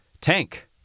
Tank